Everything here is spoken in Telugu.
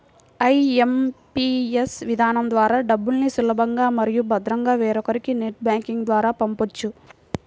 ఐ.ఎం.పీ.ఎస్ విధానం ద్వారా డబ్బుల్ని సులభంగా మరియు భద్రంగా వేరొకరికి నెట్ బ్యాంకింగ్ ద్వారా పంపొచ్చు